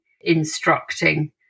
instructing